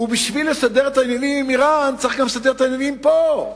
ובשביל לסדר את העניינים עם אירן צריך לסדר את העניינים פה,